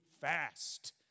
fast